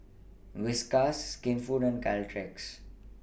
Whiskas Skinfood and Caltex